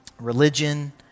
Religion